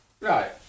Right